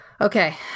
Okay